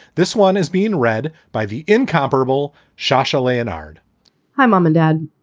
this one is being read by the incomparable shasha leonhard my mom and dad,